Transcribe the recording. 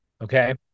Okay